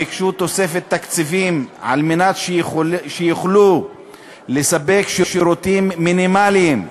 כשהם ביקשו תוספת תקציבים כדי שיוכלו לספק שירותים מינימליים לתושבים.